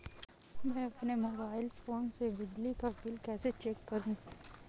मैं अपने mobile phone से बिजली का बिल कैसे चेक करूं?